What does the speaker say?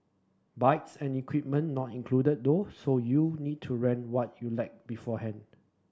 bikes and equipment not included though so you need to rent what you lack beforehand